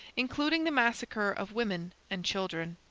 including the massacre of women and children.